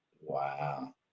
wow